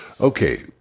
Okay